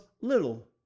little